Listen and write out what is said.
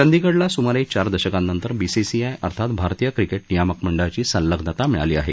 चंदीगडला सुमारे चार दशकांनतर बीसीसीआय अर्थात भारतीय क्रिकेट नियामक मंडळाची संलग्नता मिळाली आहे